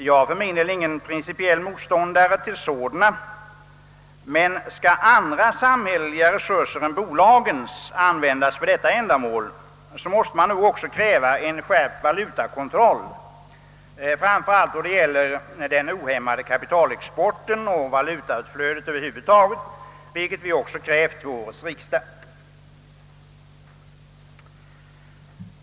Jag för min del är ingen principiell motståndare till exportkrediter, men skall andra samhälleliga resurser än bolagens användas för detta ändamål, måste man nog också kräva en skärpt valutakontroll, framför allt när det gäller den ohämmade kapitalexporten och valutautflödet över huvud taget, något som vi också krävt i motioner till årets riksdag.